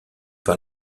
par